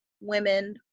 women